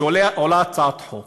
שעולה הצעת חוק